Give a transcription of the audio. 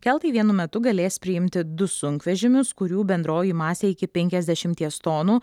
keltai vienu metu galės priimti du sunkvežimius kurių bendroji masė iki penkiasdešimties tonų